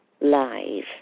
live